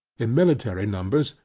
in military numbers,